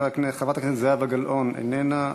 חברת הכנסת זהבה גלאון, איננה.